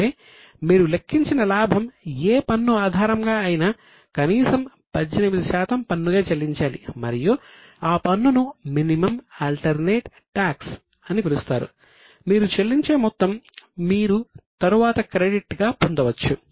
అంటే మీరు లెక్కించిన లాభం ఏ పన్ను ఆధారంగా అయినా కనీసం 18 శాతం పన్నుగా చెల్లించాలి మరియు ఆ పన్నును మినిమం ఆల్టర్నేట్ టాక్స్ గా పొందవచ్చు